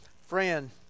friend